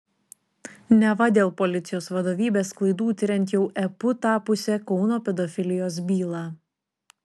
neva dėl policijos vadovybės klaidų tiriant jau epu tapusią kauno pedofilijos bylą